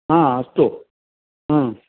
हा अस्तु हा